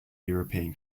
european